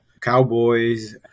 cowboys